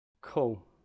Cool